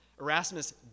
Erasmus